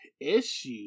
Issue